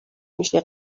میشه